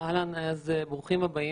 אהלן, ברוכים הבאים.